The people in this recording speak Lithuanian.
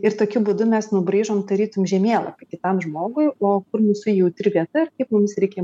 ir tokiu būdu mes nubraižom tarytum žemėlapį kitam žmogui o kur mūsų jautri vieta kaip mums reikia